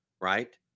right